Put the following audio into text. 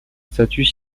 statut